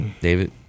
David